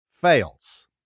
fails